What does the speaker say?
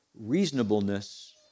reasonableness